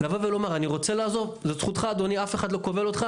לבוא ולומר: ״אני רוצה לעזוב.״ זאת זכותו של עובד ואף אחד לא כובל אותו,